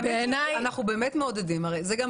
אנחנו באמת מעודדים את זה.